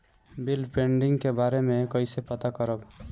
Bill pending के बारे में कईसे पता करब?